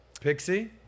Pixie